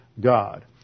God